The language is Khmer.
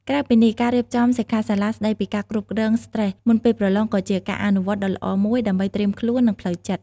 ក្រៅពីនេះ ការរៀបចំសិក្ខាសាលាស្ដីពីការគ្រប់គ្រងស្ត្រេសមុនពេលប្រឡងក៏ជាការអនុវត្តដ៏ល្អមួយដើម្បីត្រៀមខ្លួន និងផ្លូវចិត្ត។